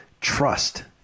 trust